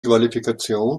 qualifikation